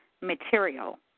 material